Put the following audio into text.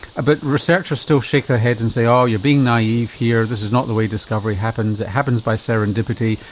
ah but researchers still shake their heads and say oh you're being naive here, this is not the way discovery happens, it happens by serendipity,